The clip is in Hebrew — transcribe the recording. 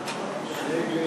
נגד,